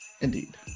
Indeed